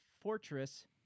fortress